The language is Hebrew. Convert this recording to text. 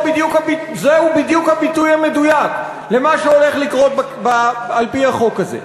וזהו בדיוק הביטוי המדויק למה שהולך לקרות על-פי החוק הזה.